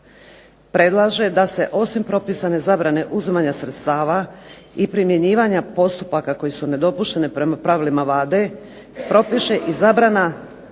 predlaže da se osim propisane zabrane uzimanje sredstava i primjenjiva postupaka koji su nedopušteni prema pravilima Svjetske antidoping